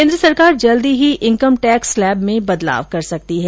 केन्द्र सरकार जल्दी ही इनकम टैक्स स्लैब में बदलाव कर सकती है